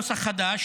בנוסח החדש,